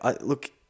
Look